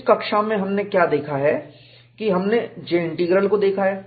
तो इस कक्षा में हमने क्या देखा है कि हमने J इंटीग्रल को देखा है